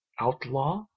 Outlaw